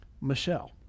michelle